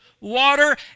water